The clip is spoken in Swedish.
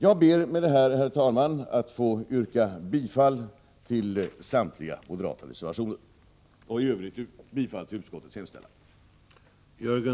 Jag ber med detta, herr talman, att få yrka bifall till samtliga moderatreservationer och i övrigt till utskottets hemställan.